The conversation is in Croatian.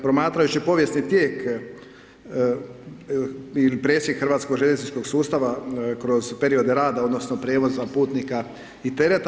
Promatrajući povijesni tijek ili presjek hrvatskog željezničkog sustava kroz period rada odnosno prijevoza putnika i tereta.